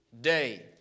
day